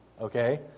okay